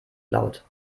laut